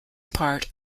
part